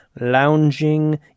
lounging